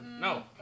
No